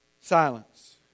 Silence